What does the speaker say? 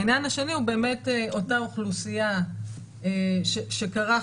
העניין השני הוא אותה אוכלוסייה שכרכנו